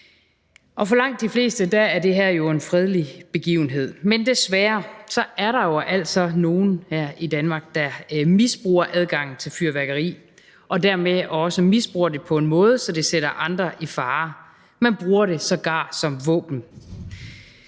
for langt de fleste er det her jo en fredelig begivenhed. Men desværre er der jo altså nogle her i Danmark, der misbruger adgangen til fyrværkeri, og dermed også misbruger det på en måde, så det bringer andre i fare. Man bruger det sågar som våben.